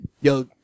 yo